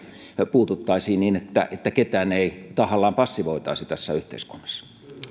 puututtaisiin niin että että ketään ei tahallaan passivoitaisi tässä yhteiskunnassa